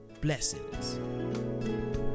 Blessings